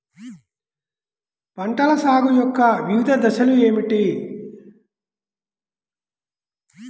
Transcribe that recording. పంటల సాగు యొక్క వివిధ దశలు ఏమిటి?